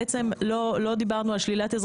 לימור סון הר מלך (עוצמה יהודית): לא דיברנו על שלילת אזרחות